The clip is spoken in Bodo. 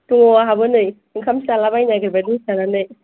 दङ आंहाबो नै ओंखामसो जालाबायनो नागिरबाय दसे थानानै